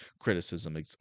criticism